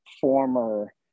former